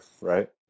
right